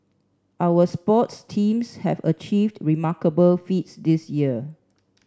our sports teams have achieved remarkable feats this year